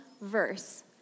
verse